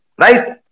Right